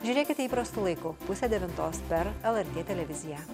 žiūrėkite įprastu laiku pusę devintos per lrt televiziją